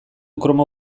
kromo